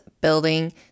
building